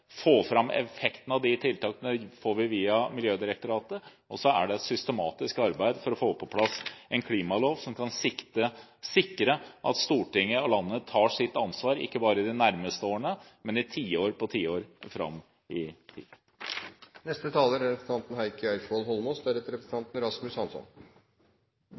få til tiltak i budsjett, og om å få fram effekten av de tiltakene – det får vi via Miljødirektoratet – og så er det et systematisk arbeid for å få på plass en klimalov, som kan sikre at Stortinget og landet tar sitt ansvar, ikke bare i de nærmeste årene, men i tiår på tiår fram i